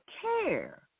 care